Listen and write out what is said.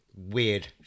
Weird